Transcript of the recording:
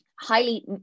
highly